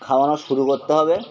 খাওয়ানো শুরু করতে হবে